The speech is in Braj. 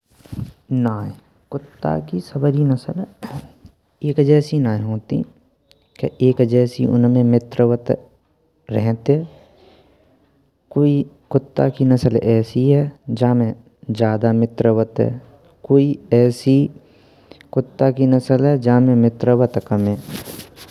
नाएं कुत्ता की सबरी नस्ल एक जैसी नाहीं होतिए के एक जैसी उनमें मित्रवत रहतिएं। कोई कुत्ता की नस्ल ऐसी है जामें ज्यादा मित्रवत है, कोई कुत्ता की नस्ल ऐसी है जामें मित्रवत कम है।